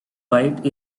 white